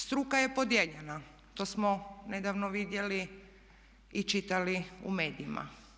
Struka je podijeljena, to smo nedavno vidjeli i čitali u medijima.